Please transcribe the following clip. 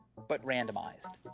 but randomized.